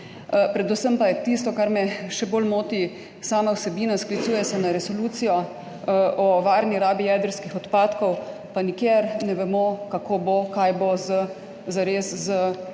Predvsem pa je tisto, kar me še bolj moti, sama vsebina, ki se sklicuje na resolucijo o varni rabi jedrskih odpadkov, pa nikjer ne vemo, kako bo, kaj bo zares z